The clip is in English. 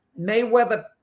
Mayweather